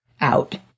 out